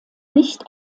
nicht